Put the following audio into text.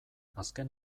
azken